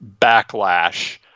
backlash